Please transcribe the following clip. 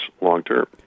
long-term